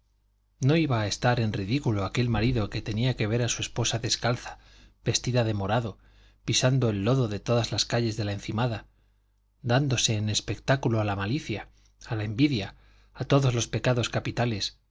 no iba a estar en ridículo aquel marido que tenía que ver a su esposa descalza vestida de morado pisando el lodo de todas las calles de la encimada dándose en espectáculo a la malicia a la envidia a todos los pecados capitales